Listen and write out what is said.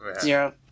Zero